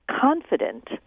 confident